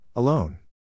Alone